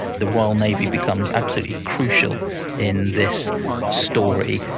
the royal navy becomes absolutely crucial in this story.